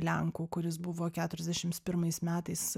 lenkų kuris buvo keturiasdešims pirmais metais